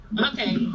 okay